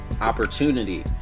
opportunity